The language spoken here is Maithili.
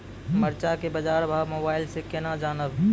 मरचा के बाजार भाव मोबाइल से कैनाज जान ब?